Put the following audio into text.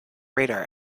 radar